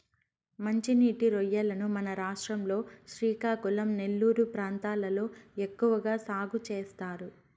మంచి నీటి రొయ్యలను మన రాష్ట్రం లో శ్రీకాకుళం, నెల్లూరు ప్రాంతాలలో ఎక్కువ సాగు చేస్తారు